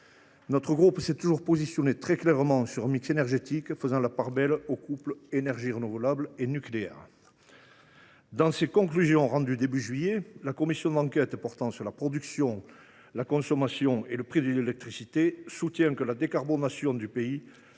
Notre groupe s’est toujours positionné très clairement pour un mix énergétique faisant la part belle au couple énergies renouvelables nucléaire. Dans ses conclusions rendues au début de juillet, la commission d’enquête portant sur la production, la consommation et le prix de l’électricité aux horizons 2035 et 2050 soutient que la décarbonation du pays